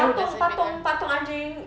patung patung patung anjing